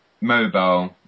mobile